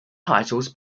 titles